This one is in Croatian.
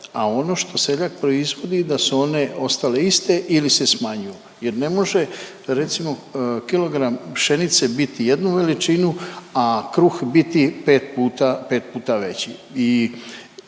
a ono što seljak proizvodi da su one ostale iste ili se smanjuju jer ne može recimo kilogram pšenice biti jednu veličinu, a kruh biti 5 puta, 5 puta veći.